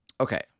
Okay